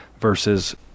versus